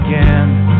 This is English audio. again